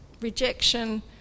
Rejection